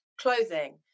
clothing